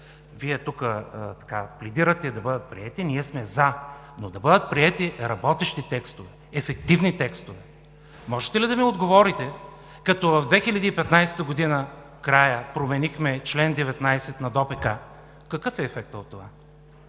Вие тук пледирате да бъдат приети, ние сме „за“, но да бъдат приети работещи текстове, ефективни текстове. Можете ли да ми отговорите, като в края на 2015 г. променихме чл. 19 на ДОПК, какъв е ефектът от това?